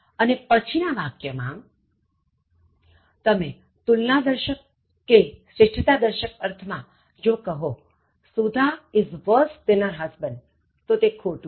અને પછીના વાક્ય માંતમે તુલનાદર્શક કે શ્રેષ્ઠતાદર્શક અર્થ માં જો કહો Sudha is worst than her husband તો તે ખોટું છે